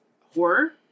horror